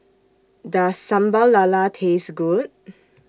Does Sambal Lala Taste Good